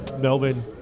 Melbourne